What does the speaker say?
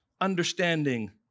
understanding